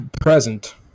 present